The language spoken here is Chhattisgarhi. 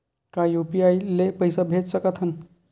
का यू.पी.आई ले पईसा भेज सकत हन?